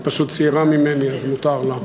היא פשוט צעירה ממני, אז מותר לה.